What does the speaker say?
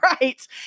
right